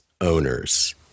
owners